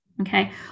Okay